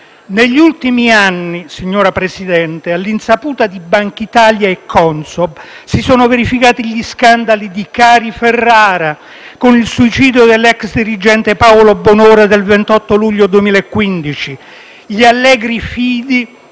Negli ultimi anni, signor Presidente, all'insaputa di Bankitalia e Consob, si sono verificati gli scandali di Cariferrara (con il suicidio dell'ex dirigente Paolo Bonora del 28 luglio 2015); gli allegri fidi